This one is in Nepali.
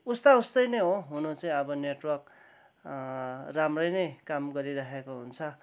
उस्ता उस्तै नै हो हुनु चाहिँ अब नेटर्वक राम्रै नै काम गरिराखेको हुन्छ